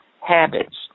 habits